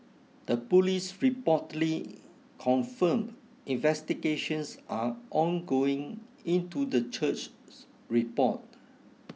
the police reportedly confirmed investigations are ongoing into the church's report